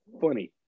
funny